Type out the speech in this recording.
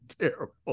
terrible